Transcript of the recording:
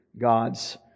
God's